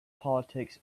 politics